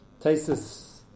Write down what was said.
Tesis